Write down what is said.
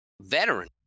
veteran